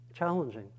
challenging